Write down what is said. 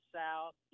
south